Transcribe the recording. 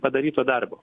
padaryto darbo